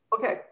Okay